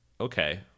okay